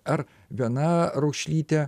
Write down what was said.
ar viena raukšlytė